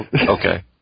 Okay